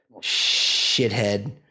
shithead